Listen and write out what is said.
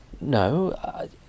no